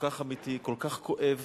כל כך אמיתי, כל כך כואב,